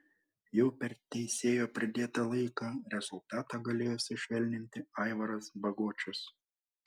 jau per teisėjo pridėtą laiką rezultatą galėjo sušvelninti aivaras bagočius